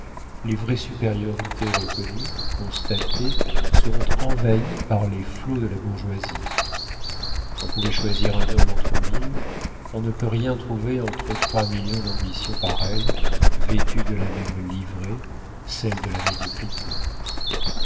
les vraies supériorités reconnues constatées seront envahies par les flots de la bourgeoisie on pouvait choisir un homme entre mille on ne peut rien trouver entre trois millions d'ambitions pareilles vêtues de la même livrée celle de la médiocrité